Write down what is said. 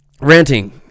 Ranting